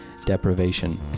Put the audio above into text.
deprivation